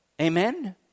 Amen